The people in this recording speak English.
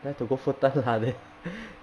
then have to go 复旦 lah then